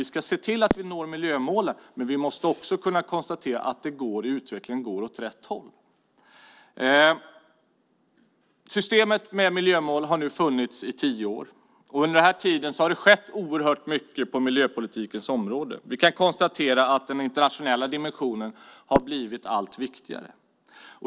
Vi ska se till att vi når miljömålen, men vi måste också kunna konstatera att utvecklingen går åt rätt håll. Systemet med miljömål har nu funnits i tio år. Under den tiden har det skett oerhört mycket på miljöpolitikens område. Vi kan konstatera att den internationella dimensionen har blivit allt viktigare.